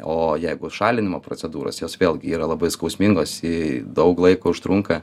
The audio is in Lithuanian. o jeigu šalinimo procedūros jos vėlgi yra labai skausmingos į daug laiko užtrunka